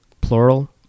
Plural